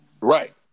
Right